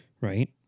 right